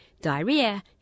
diarrhea